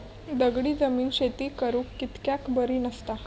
दगडी जमीन शेती करुक कित्याक बरी नसता?